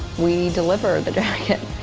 we deliver the jacket.